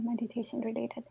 meditation-related